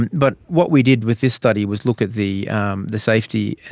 but what we did with this study was look at the um the safety,